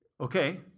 Okay